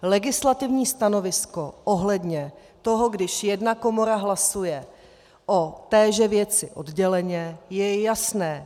Legislativní stanovisko ohledně toho, když jedna komora hlasuje o téže věci odděleně, je jasné.